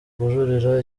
kujuririra